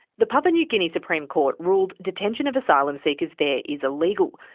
the papua new guinea supreme court ruled detention of asylum seekers there is illegal,